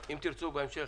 אם תרצו בהמשך,